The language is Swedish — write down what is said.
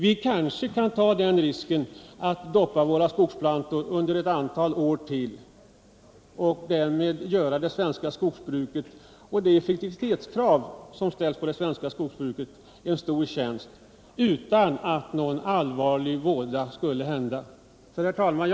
Vi kanske kan ta risken att under ytterligare ett antal år doppa våra skogsplantor i detta bekämpningsmedel och därmed göra det svenska skogsbruket en stor tjänst utan att det skulle medföra någon allvarlig våda.